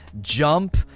Jump